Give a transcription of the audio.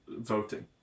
Voting